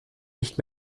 nicht